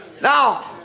Now